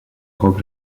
rogue